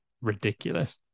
ridiculous